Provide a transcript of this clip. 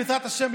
בעזרת השם,